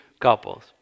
couples